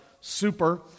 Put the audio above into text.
super